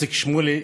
איציק שמולי.